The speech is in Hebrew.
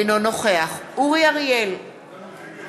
אינו נוכח אורי אריאל,